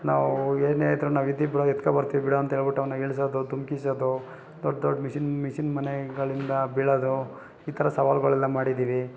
ನಾವು ಏನೇ ಇದ್ರೂ ನಾವಿದ್ದೀವಿ ಬಿಡೋ ಎತ್ಕೊ ಬರ್ತೀವಿ ಬಿಡೋ ಅಂತ ಹೇಳ್ಬಿಟ್ ಅವನ್ನ ಇಳಿಸೋದು ಧುಮುಕಿಸೋದು ದೊಡ್ಡ ದೊಡ್ಡ ಮಿಷಿನ್ ಮಿಷಿನ್ ಮನೆಗಳಿಂದ ಬೀಳೋದು ಈ ಥರ ಸವಾಲುಗಳೆಲ್ಲ ಮಾಡಿದ್ದೀವಿ